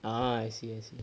ah I see I see